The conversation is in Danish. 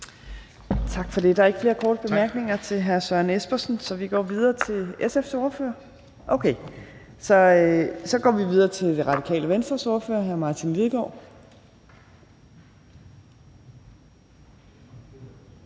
Tak for det. Der er ikke flere korte bemærkninger til hr. Søren Espersen, så vi går videre til SF's ordfører. Nej, ikke alligevel. Så går vi videre til Radikale Venstres ordfører, hr. Martin Lidegaard.